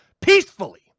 peacefully